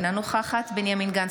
אינה נוכחת בנימין גנץ,